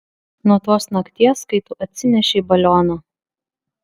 nuo tos nakties kai tu atsinešei balioną